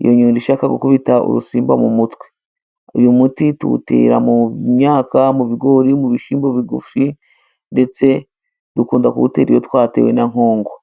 iyo nyundo ishaka gukubita urusimba mu mutwe. Uyu muti tuwutera mu myaka mu bigori mu bishyimbo bigufi ndetse dukunda kuwutera iyo twatewe na nkongwa.